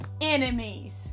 enemies